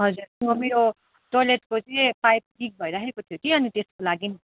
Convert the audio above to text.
हजुर म मेरो टोइलेटको चाहिँ पाइप लिक भइरहेको थियो कि अनि त्यसको लागि नि